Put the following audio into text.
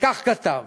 וכך כתב: